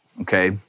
okay